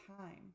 time